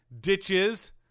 ditches